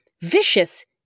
vicious